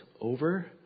over